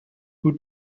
who